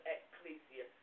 Ecclesia